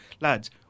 lads